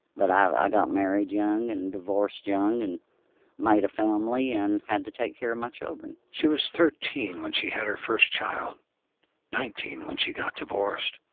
but i got married young and divorced young and made a family and had to take care of my children. she was thirteen when she had her first child nineteen when she got divorced.